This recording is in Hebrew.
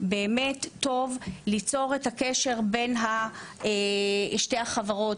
באמת טוב ליצור את הקשר בין שתי החברות.